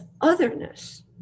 otherness